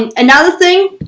and another thing.